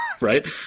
right